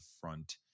front